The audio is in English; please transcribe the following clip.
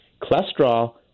Cholesterol